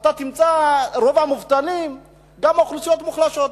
תמצא שרוב המובטלים הם גם אוכלוסיות מוחלשות.